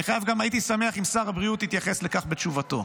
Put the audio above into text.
הייתי שמח אם שר הבריאות יתייחס לכך בתשובתו.